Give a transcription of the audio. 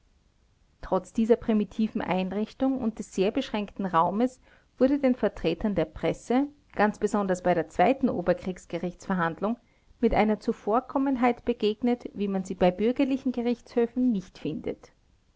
trotz dieser primitiven einrichtung und des sehr beschränkten raumes wurde den vertretern der presse ganz besonders bei der zweiten oberkriegsgerichtsverhandlung mit einer zuvorkommenheit begegnet wie man sie bei bürgerlichen gerichtshöfen nicht findet